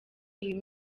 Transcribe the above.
iyi